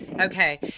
Okay